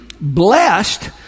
blessed